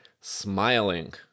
Smiling